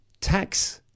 Tax